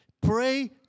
pray